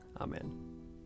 Amen